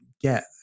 get